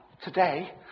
today